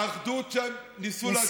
האחדות שניסו להציג פה,